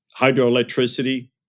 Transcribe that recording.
hydroelectricity